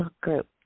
group